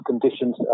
conditions